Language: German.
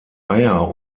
eier